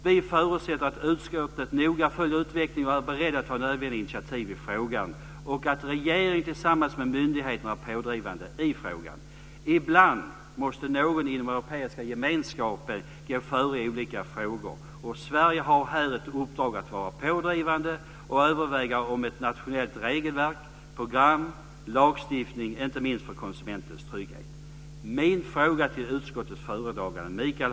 Vi förutsätter att utskottet noga följer utvecklingen och är berett att ta nödvändiga initiativ i frågan och att regeringen tillsammans med myndigheterna är pådrivande i frågan. Ibland måste någon inom den europeiska gemenskapen gå före i olika frågor. Sverige har här ett uppdrag att vara pådrivande och överväga om nationellt regelverk, program eller lagstiftning, inte minst för konsumentens trygghet.